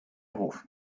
ruf